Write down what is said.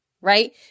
right